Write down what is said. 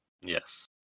yes